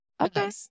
Okay